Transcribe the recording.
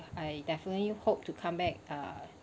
I definitely hope to come back uh